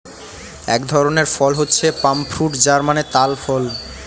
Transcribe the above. এক ধরনের ফল হচ্ছে পাম ফ্রুট যার মানে তাল ফল